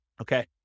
Okay